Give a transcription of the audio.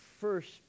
first